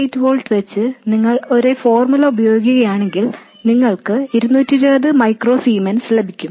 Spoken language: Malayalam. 8 volt വച്ച് നിങ്ങൾ ഒരു ഫോർമുല ഉപയോഗിക്കുകയാണെങ്കിൽ നിങ്ങൾക്ക് 220 മൈക്രോ സീമെൻസ് ലഭിക്കും